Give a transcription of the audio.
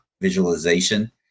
visualization